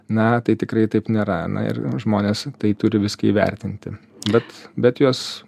na tai tikrai taip nėra na ir žmonės tai turi viską įvertinti bet bet jos